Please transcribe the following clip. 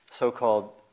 so-called